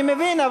אני מבין,